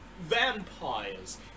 vampires